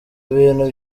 bintu